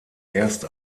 erst